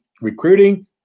recruiting